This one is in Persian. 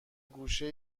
گوشه